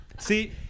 see